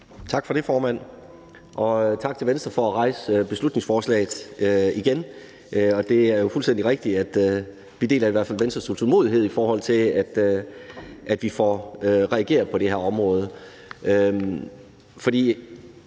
Tak for det, formand, og tak til Venstre for at fremsætte beslutningsforslaget igen. Det er jo fuldstændig rigtigt, at vi deler Venstres utålmodighed, i forhold til at vi får reageret på det her område.